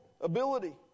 ability